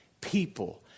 people